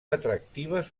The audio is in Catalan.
atractives